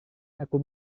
aku